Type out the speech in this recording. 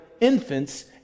infants